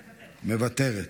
מוותרת.